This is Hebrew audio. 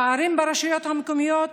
פערים ברשויות המקומיות,